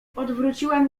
odwróciłem